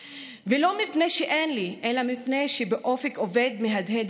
/ ולא מפני שאין לי / אלא מפני שבאופק אובד מהדהד